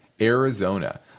Arizona